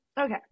Okay